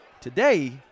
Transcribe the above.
Today